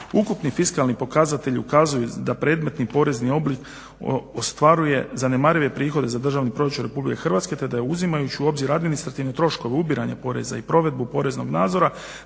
Ukupni fiskalni pokazatelj ukazuje da predmetni porezni oblik ostvaruje zanemarive prihode za državni proračun Republike Hrvatske, te da je uzimajući u obzir administrativne troškove ubiranja poreza i provedbu poreznog nadzora,